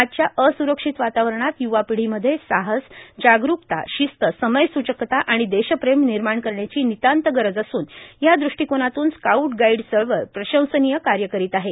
आजच्या असुरक्षित वातारणात युवा पंपंमध्ये साहस जागरुकता शिस्त समयसूचकता आर्गाण देशप्रेम निमाण करण्याची नितांत गरज असून या दृष्टीकोनातून स्काऊट गाईड चळवळ प्रशंर्सांनय काय करांत आहे